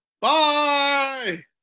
Bye